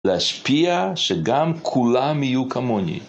להשפיע שגם כולם יהיו כמוני.